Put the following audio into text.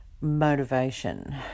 motivation